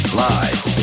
lies